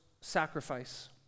sacrifice